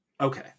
Okay